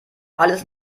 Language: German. alles